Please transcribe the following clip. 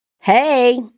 Hey